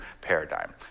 paradigm